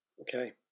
okay